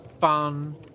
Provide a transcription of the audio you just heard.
fun